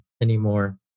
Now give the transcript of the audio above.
anymore